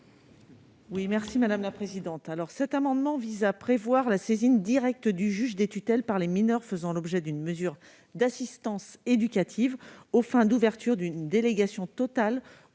l'amendement n° 57 rectifié . Cet amendement vise à prévoir la saisine directe du juge des tutelles par les mineurs faisant l'objet d'une mesure d'assistance éducative, aux fins d'ouverture d'une délégation totale